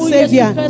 Savior